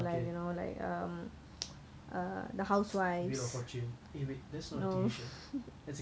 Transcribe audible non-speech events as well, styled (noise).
(noise) wheel of fortune eh wait that's not a T_V show that's a game show what the hell um